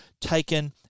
taken